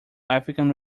african